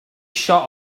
shut